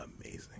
Amazing